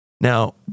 Now